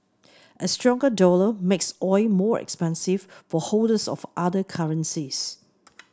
a stronger dollar makes oil more expensive for holders of other currencies